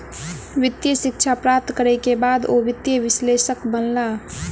वित्तीय शिक्षा प्राप्त करै के बाद ओ वित्तीय विश्लेषक बनला